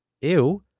Ew